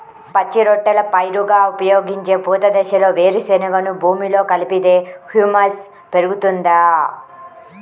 పచ్చి రొట్టెల పైరుగా ఉపయోగించే పూత దశలో వేరుశెనగను భూమిలో కలిపితే హ్యూమస్ పెరుగుతుందా?